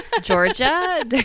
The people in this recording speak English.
Georgia